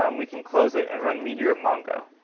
um we can close it and run meteor mongo.